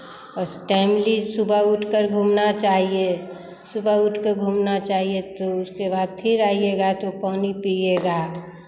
बस टाइमली सुबह उठकर घूमना चाहिए सुबह उठ के घूमना चाहिए तो उसके बाद फिर आइयेगा तो पानी पीजियेगा